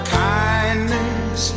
kindness